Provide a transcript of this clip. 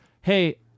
hey